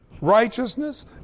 righteousness